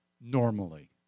normally